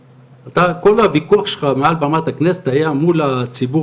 כל הוויכוח שלך מעל במת הכנסת היה מול הציבור